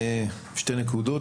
שתי נקודות.